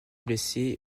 blessé